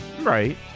Right